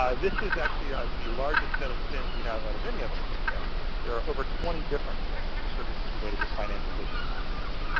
um this is actually ah the largest set of sin's we have out of any of our subcategories. there are over twenty different sin's for services related to financial and business programs.